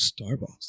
Starbucks